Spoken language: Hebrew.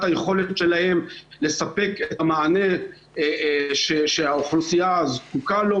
היכולת שלהן לספק את המענה שהאוכלוסייה זקוקה לו.